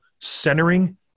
centering